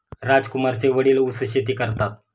राजकुमारचे वडील ऊस शेती करतात